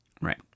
Right